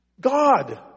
God